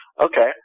okay